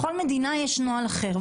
בכל מדינה יש נוהל אחר.